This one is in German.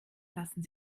lassen